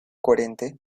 coherente